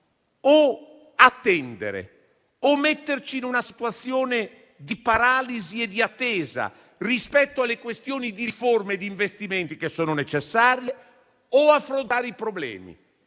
attendere e metterci in una situazione di paralisi e di attesa, rispetto alla questione delle riforme e degli investimenti che sono necessari, oppure affrontare i problemi.